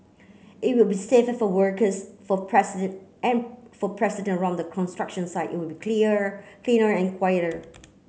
it will be safer for workers for president and for president round the construction site it will be clear cleaner and quieter